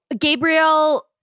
Gabriel